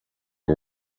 are